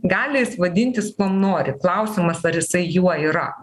gali jis vadintis kuom nori klausiamas ar jisai juo yra